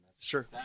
Sure